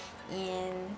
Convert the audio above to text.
and